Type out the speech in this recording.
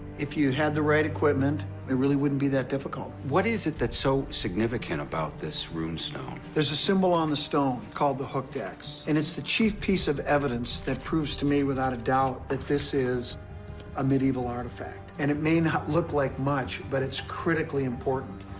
if you had the right equipment, it really wouldn't be that difficult. what is it that's so significant about this rune stone? there's a symbol on the stone called the hooked x. and it's the chief piece of evidence that proves to me without a doubt that this is a medieval artifact. and it may not look like much, but it's critically important.